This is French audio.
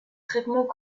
traitement